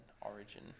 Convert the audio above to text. Origin